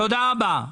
תודה רבה.